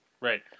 Right